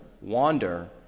wander